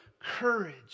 courage